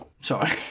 Sorry